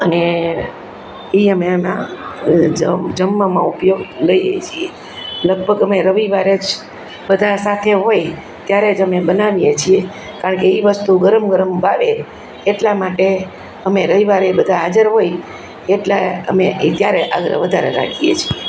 અને એ અમે એમાં જમવામાં ઉપયોગ લઈએ છીએ લગભગ અમે રવિવારે જ બધા સાથે હોય ત્યારે જ અમે બનાવીએ છીએ કારણ કે ઈ વસ્તુ ગરમ ગરમ ભાવે એટલા માટે અમે રવિવારે બધા હાજર હોય એટલે અમે ત્યારે આ વધારે રાખીએ છીએ